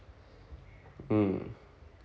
mm